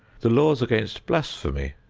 the laws against blasphemy,